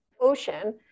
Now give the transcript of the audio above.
ocean